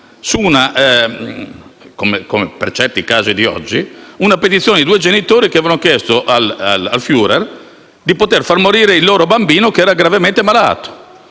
è nata - come per certi casi di oggi - da una petizione di due genitori che avevano chiesto al *Führer* di poter far morire il loro bambino gravemente malato.